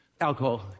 Alcohol